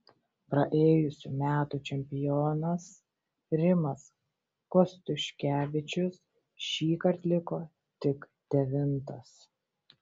praėjusių metų čempionas rimas kostiuškevičius šįkart liko tik devintas